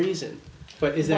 reason but is